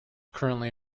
currently